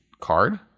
card